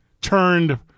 turned